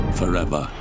forever